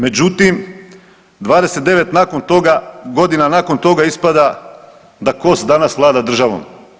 Međutim, 29 nakon toga, godina nakon toga ispada da KOS danas vlada državom.